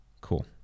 Cool